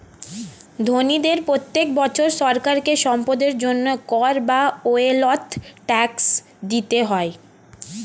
ধনীদের প্রত্যেক বছর সরকারকে সম্পদের জন্য কর বা ওয়েলথ ট্যাক্স দিতে হয়